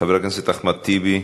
חבר הכנסת אחמד טיבי,